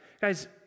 guys